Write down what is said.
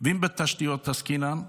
ואם בתשתיות עסקינן,